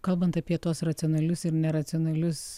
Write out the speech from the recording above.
kalbant apie tuos racionalius ir neracionalius